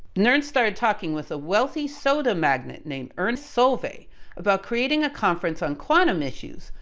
nernst started talking with a wealthy soda magnate named ernst solvay about creating a conference on quantum issues,